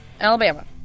Alabama